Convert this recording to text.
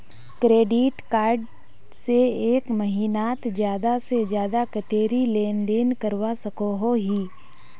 Credit card से एक महीनात ज्यादा से ज्यादा कतेरी लेन देन करवा सकोहो ही?